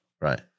Right